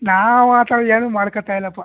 ನಾವು ಆ ಥರದ್ದು ಏನೂ ಮಾಡ್ಕೊತ್ತಾ ಇಲ್ಲಪ್ಪ